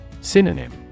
Synonym